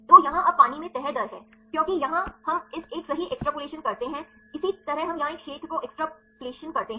तो यहाँ अब पानी में तह दर है क्योंकि यहाँ हम इस एक सही एक्सट्रपलेशन करते हैं इसी तरह हम यहाँ एक क्षेत्र को एक्सट्रपलेशन करते हैं